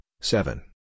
seven